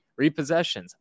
repossessions